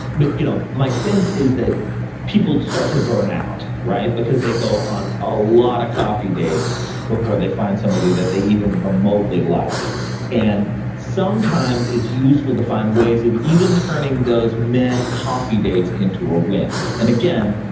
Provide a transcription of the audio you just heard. but you know, my sense is that people start to burn out, right? because they go on a lot of coffee dates before they find somebody that they even remotely like and sometimes it's useful to find ways of even turning those meh coffee dates into a win. and again,